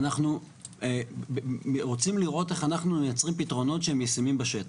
ואנחנו רוצים לראות איך אנחנו מייצרים פתרונות שהם ישימים בשטח.